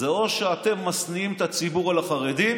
או שאתם משניאים על הציבור את החרדים